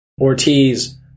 Ortiz